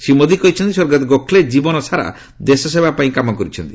ଶ୍ରୀ ମୋଦୀ କହିଛନ୍ତି ସ୍ୱର୍ଗତ ଗୋଖଲେ ଜୀବନସାରା ଦେଶସେବା ପାଇଁ କାମ କରିଛନ୍ତି